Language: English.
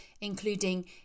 including